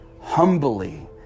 Humbly